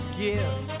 give